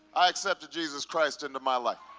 i accepted jesus christ into my life.